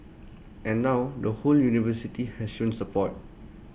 and now the whole university has shown support